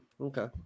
Okay